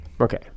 Okay